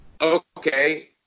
okay